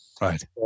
Right